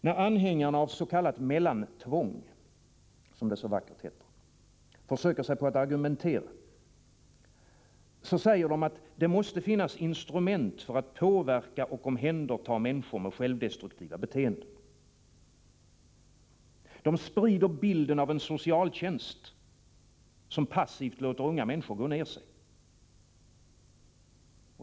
När anhängarna av s.k. mellantvång — som det så vackert heter — försöker sig på att argumentera, säger de att det måste finnas instrument för att påverka och omhänderta människor med självdestruktiva beteenden. De sprider bilden av en socialtjänst, som passivt låter unga människor gå ner sig.